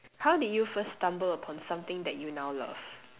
how did you first stumble upon something that you now love